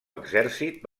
exèrcit